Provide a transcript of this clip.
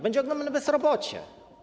Będzie ogromne bezrobocie.